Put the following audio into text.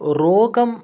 रोगं